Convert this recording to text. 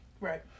Right